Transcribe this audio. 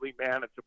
manageable